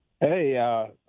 Hey